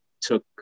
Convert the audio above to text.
took